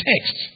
text